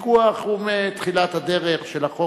הוויכוח הוא מתחילת הדרך של החוק,